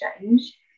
change